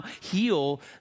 heal